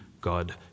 God